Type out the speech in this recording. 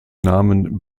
namen